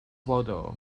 bodoh